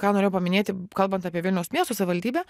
ką norėjau paminėti kalbant apie vilniaus miesto savivaldybę